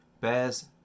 bears